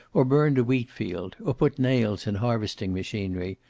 or burned a wheat-field, or put nails in harvesting machinery,